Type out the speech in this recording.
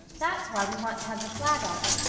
that's why we want to have the flag up.